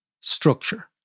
structure